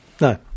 No